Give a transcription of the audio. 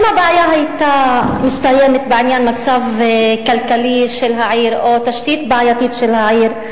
אם הבעיה היתה מסתיימת במצב הכלכלי של העיר או בתשתית בעייתית של העיר,